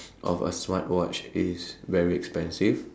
of a smartwatch is very expensive